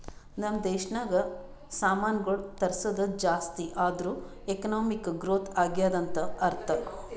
ನಮ್ ದೇಶನಾಗ್ ಸಾಮಾನ್ಗೊಳ್ ತರ್ಸದ್ ಜಾಸ್ತಿ ಆದೂರ್ ಎಕಾನಮಿಕ್ ಗ್ರೋಥ್ ಆಗ್ಯಾದ್ ಅಂತ್ ಅರ್ಥಾ